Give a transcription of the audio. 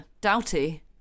Doughty